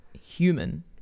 human